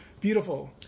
Beautiful